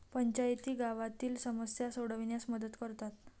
पंचायती गावातील समस्या सोडविण्यास मदत करतात